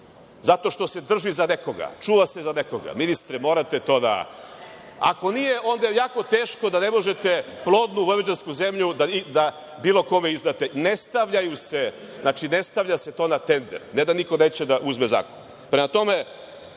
zato što se drži za nekoga, čuva se za nekoga. Ministre, morate to da… Ako nije, onda je jako teško da ne možete plodnu vojvođansku zemlju da bilo kome izdate. Ne stavlja se to na tender, ne da niko neće da uzme u zakup. Prema tome,